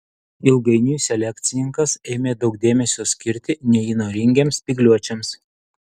ilgainiui selekcininkas ėmė daug dėmesio skirti neįnoringiems spygliuočiams